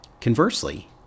Conversely